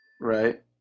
Right